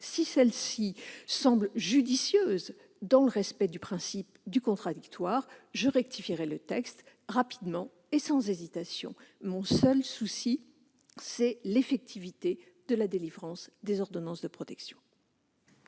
si celles-ci semblent judicieuses et respectent le principe du contradictoire, je rectifierai le texte rapidement et sans hésitation. Mon seul souci est l'effectivité de la délivrance des ordonnances de protection.